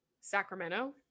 Sacramento